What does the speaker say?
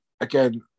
again